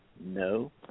No